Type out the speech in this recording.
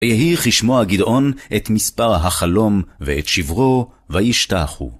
ויהי כשמוע גדעון את מספר החלום ואת שברו, וישתחו.